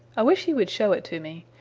i wish he would show it to me.